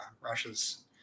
Russia's